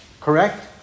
Correct